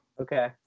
Okay